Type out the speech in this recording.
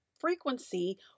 frequency